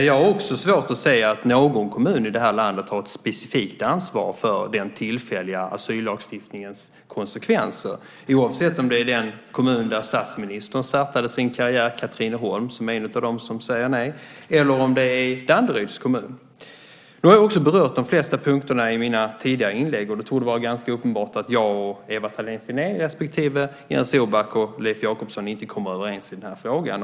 Jag har också svårt att se att någon kommun i det här landet har ett specifikt ansvar för den tillfälliga asyllagstiftningens konsekvenser, oavsett om det är den kommun där statsministern startade sin karriär, Katrineholm, och som är en av dem som säger nej eller om det är Danderyds kommun. Då har jag också berört de flesta punkter i mina tidigare inlägg, och det torde vara ganska uppenbart att jag och Ewa Thalén Finné respektive Jens Orback och Leif Jakobsson inte kommer överens i den här frågan.